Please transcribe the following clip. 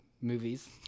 movies